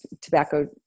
tobacco